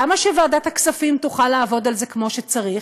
למה שוועדת הכספים תוכל לעבוד על זה כמו שצריך?